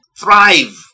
thrive